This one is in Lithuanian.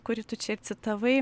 kurį tu čia ir citavai